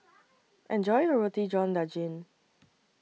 Enjoy your Roti John Daging